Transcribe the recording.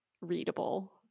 readable